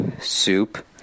soup